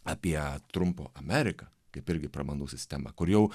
apie trumpo ameriką kaip irgi pramanų sistemą kur jau